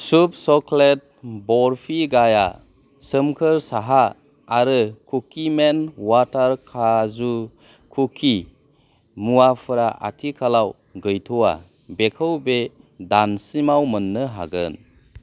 सुब सक्लेट बरफि गाया सोमखोर साहा आरो कुकिमेन वाटार काजु कुकि मुवाफोरा आथिखालाव गैथ'वा बेखौ बे दानसिमाव मोन्नो हागोन